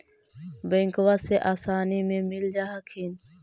बैंकबा से आसानी मे मिल जा हखिन?